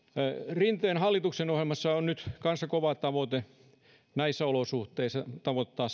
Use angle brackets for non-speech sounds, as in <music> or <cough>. rinteen hallituksen ohjelmassa on nyt kanssa kova tavoite näissä olosuhteissa tavoittaa <unintelligible>